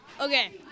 Okay